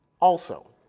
also,